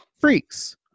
Freaks